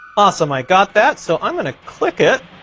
awesome, i got that. so i'm gonna click it.